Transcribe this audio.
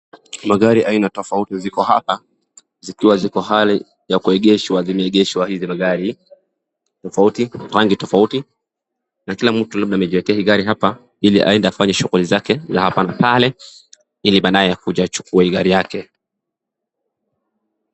Magari aina tofauti ziko hapa zikiwa ziko hali ya kuegeshwa ,vimeegeshwa hizi magari tofauti rangi tofauti na kila mtu amejiekea hii gari hapa ili aende afanye shughuli zake na baadaye ili akuje achukue gari lake.